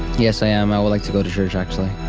yes, i am. i would like to go to church actually.